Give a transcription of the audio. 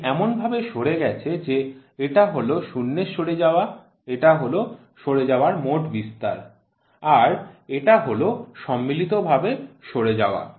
এটি এমন ভাবে সরে গেছে যে এটা হল শূন্যের সরে যাওয়া এটা হল সরে যাওয়ার মোট বিস্তার আর এটা হল সম্মিলিত ভাবে সরে যাওয়া